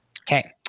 okay